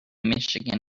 michigan